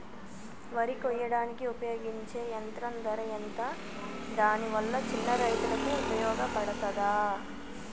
వరి కొయ్యడానికి ఉపయోగించే యంత్రం ధర ఎంత దాని వల్ల చిన్న రైతులకు ఉపయోగపడుతదా?